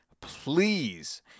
please